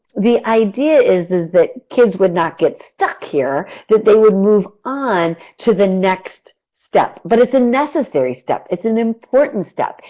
the idea is is that kids would not get stuck here, that they would move on to the next step. but, it's a necessary step. it's an important step.